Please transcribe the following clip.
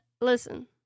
Listen